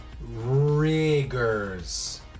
Riggers